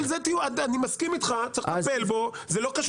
אני מסכים, צריך לטפל בו, זה לא קשור.